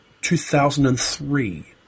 2003